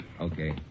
Okay